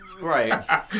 Right